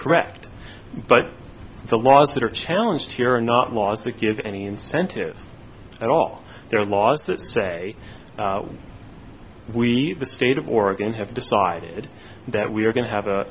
correct but the laws that are challenged here are not laws that give any incentive at all there are laws that say we need the state of oregon have decided that we're going to have a